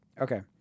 Okay